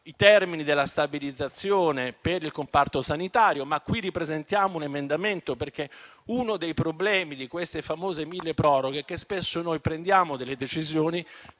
i termini della stabilizzazione per il comparto sanitario, ma qui ne ripresentiamo uno, perché uno dei problemi di questi famosi milleproroghe è che spesso prendiamo decisioni